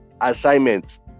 assignments